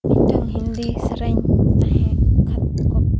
ᱢᱤᱫᱴᱮᱱ ᱦᱤᱱᱫᱤ ᱥᱮᱨᱮᱧ ᱛᱟᱦᱮᱸ